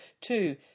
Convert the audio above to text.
Two